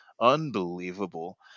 Unbelievable